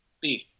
Beef